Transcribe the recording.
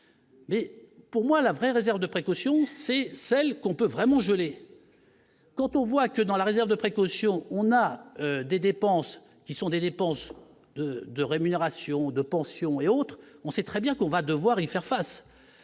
Mais pour moi la vraie réserve de précaution, c'est celle qu'on peut vraiment gelé, quand on voit que dans la réserve de précaution, on a des dépenses qui sont des dépenses de de rémunération de pensions et autres, on sait très bien qu'on va devoir y faire face,